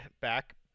back